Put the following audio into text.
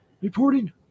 reporting